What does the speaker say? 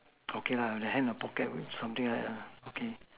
okay lah the hand in pocket something like lah okay